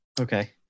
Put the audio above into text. Okay